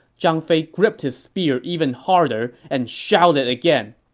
zhang fei gripped his spear even harder and shouted again,